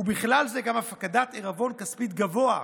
ובכלל זה הפקדת עירבון כספי גבוה,